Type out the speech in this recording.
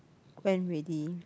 went already